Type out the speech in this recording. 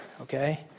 okay